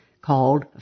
called